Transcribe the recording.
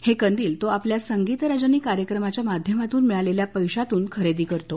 हे कदील तो आपल्या संगीत रजनी कार्यक्रमाच्या माध्यमातून मिळालेल्या पैशातून खरेदी करतो